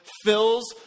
fills